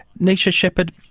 neisha shepherd,